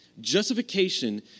Justification